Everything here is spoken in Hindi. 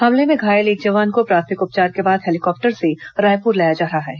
हमले में घायल दोनों जवानों को प्राथमिक उपचार के बाद हेलीकॉप्टर से रायपुर लाया जा रहा है